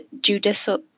judicial